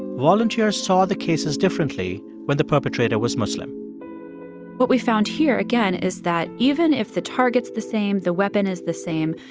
volunteers saw the cases differently when the perpetrator was muslim what we found here, again, is that even if the target's the same, the weapon is the same,